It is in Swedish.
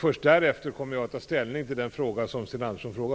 Först därefter kommer jag att ta ställning till Sten Anderssons fråga.